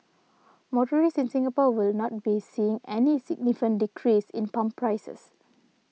motorists in Singapore will not be seeing any significant decrease in pump prices